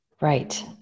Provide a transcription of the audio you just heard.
Right